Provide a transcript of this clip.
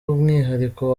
umwihariko